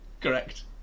Correct